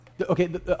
Okay